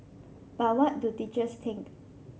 but what do teachers think